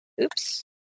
Oops